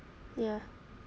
ya